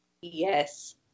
Yes